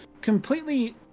completely